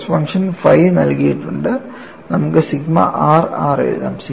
stress function phi നൽകിയിട്ടുണ്ടെങ്കിൽ നമുക്ക് sigma rr എഴുതാം